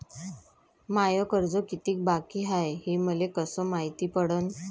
माय कर्ज कितीक बाकी हाय, हे मले कस मायती पडन?